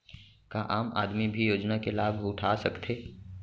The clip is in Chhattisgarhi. का आम आदमी भी योजना के लाभ उठा सकथे?